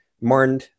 Martin